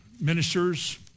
ministers